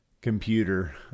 computer